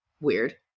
Weird